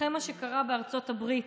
אחרי מה שקרה בארצות הברית,